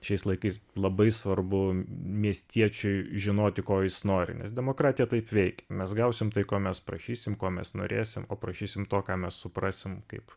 šiais laikais labai svarbu miestiečiui žinoti ko jis nori nes demokratija taip veikia mes gausim tai ko mes prašysim ko mes norėsim o prašysim to ką mes suprasim kaip